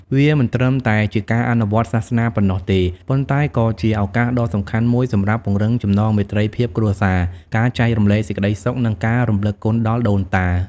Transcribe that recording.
វាមិនត្រឹមតែជាការអនុវត្តសាសនាប៉ុណ្ណោះទេ ប៉ុន្តែក៏ជាឱកាសដ៏សំខាន់មួយសម្រាប់ពង្រឹងចំណងមេត្រីភាពគ្រួសារ ការចែករំលែកសេចក្ដីសុខ និងការរំលឹកគុណដល់ដូនតា។